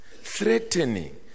threatening